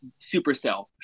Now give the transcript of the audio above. Supercell